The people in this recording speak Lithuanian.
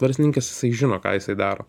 verslininkas jisai žino ką jisai daro